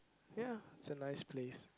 ya it's a nice place